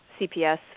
CPS